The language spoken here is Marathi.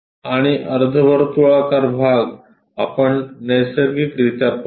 आणि अर्धवर्तुळाकार भाग आपण नैसर्गिकरित्या पाहू